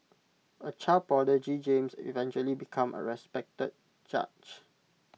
A child prodigy James eventually became A respected judge